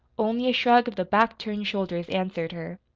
only a shrug of the back-turned shoulders answered her.